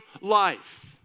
life